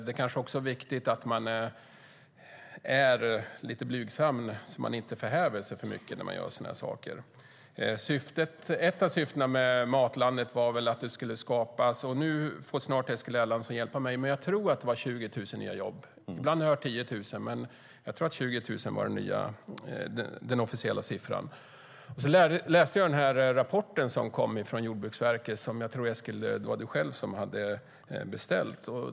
Det kanske också är viktigt att man är lite blygsam så att man inte förhäver sig för mycket när man gör sådana här saker. Ett av syftena med Matlandet var att det skulle skapas 20 000 nya jobb. Eskil Erlandsson får hjälpa mig, men jag tror att det var så många jobb. Ibland har jag hört 10 000, men jag tror att 20 000 var den officiella siffran. Jag läste rapporten som kom från Jordbruksverket och som jag tror att det var du själv, Eskil, som hade beställt.